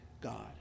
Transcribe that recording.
God